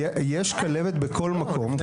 יש כלבת בכל מקום,